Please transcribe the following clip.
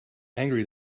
angry